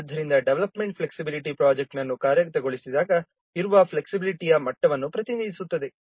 ಆದ್ದರಿಂದ development flexibility project ನನ್ನು ಕಾರ್ಯಗತಗೊಳಿಸಿದಾಗ ಇರುವ ಫ್ಲೆಕ್ಸಿಬಿಲಿಟಿಯ ಮಟ್ಟವನ್ನು ಪ್ರತಿನಿಧಿಸುತ್ತದೆ